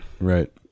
Right